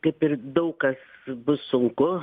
kaip ir daug kas bus sunku